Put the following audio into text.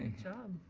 job.